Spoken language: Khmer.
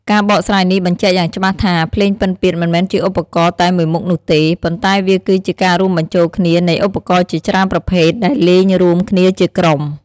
ការបកស្រាយនេះបញ្ជាក់យ៉ាងច្បាស់ថា ភ្លេងពិណពាទ្យមិនមែនជាឧបករណ៍តែមួយមុខនោះទេ ប៉ុន្តែវាគឺជាការរួមបញ្ចូលគ្នានៃឧបករណ៍ជាច្រើនប្រភេទ ដែលលេងរួមគ្នាជាក្រុម។